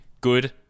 good